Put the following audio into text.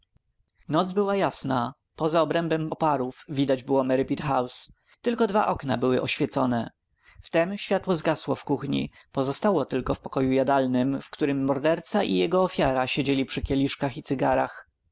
noc była jasna po za obrębem oparów widać było merripit house tylko dwa okna były oświecone wtem światło zgasło w kuchni pozostało tylko w pokoju jadalnym w którym morderca i jego ofiara siedzieli przy